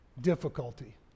difficulty